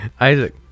Isaac